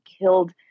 killed